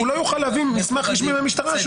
הוא לא יוכל להביא מסמך רשמי המשטרה.